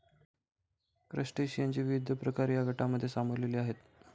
क्रस्टेशियनचे विविध प्रकार या गटांमध्ये सामावलेले आहेत